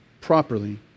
properly